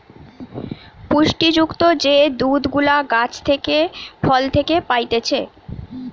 পুষ্টি যুক্ত যে দুধ গুলা গাছ থেকে, ফল থেকে পাইতেছে